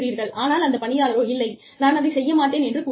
ஆனால் அந்த பணியாளரோ இல்லை நான் அதைச் செய்ய மாட்டேன் என்று கூறுகிறார்